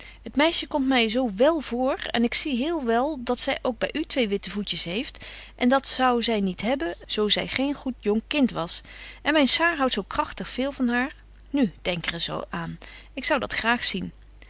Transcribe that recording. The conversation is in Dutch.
het meisje komt my zo wél voor en ik zie heel wel dat zy ook by u twee witte voetjes heeft en dat zou zy niet hebben zo zy geen goed jong kind was en myn saar houdt zo kragtig veel van haar nu denk er eens aan ik zou dat graag zien